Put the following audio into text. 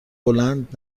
بلند